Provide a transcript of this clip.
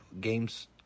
games